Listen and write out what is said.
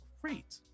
great